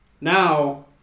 now